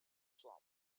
swamp